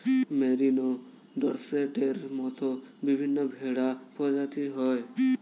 merino, ডর্সেটের মত বিভিন্ন ভেড়া প্রজাতি হয়